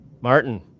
martin